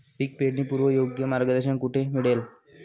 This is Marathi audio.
पीक पेरणीपूर्व योग्य मार्गदर्शन कुठे मिळेल?